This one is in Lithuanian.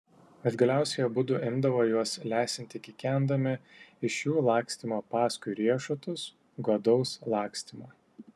bet galiausiai abudu imdavo juos lesinti kikendami iš jų lakstymo paskui riešutus godaus lakstymo